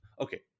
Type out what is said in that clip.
Okay